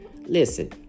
Listen